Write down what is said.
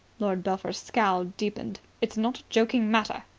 lord belpher's scowl deepened. it's not a joking matter,